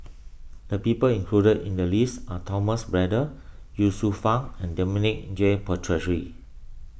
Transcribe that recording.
the people included in the list are Thomas Braddell Ye Shufang and Dominic J Puthucheary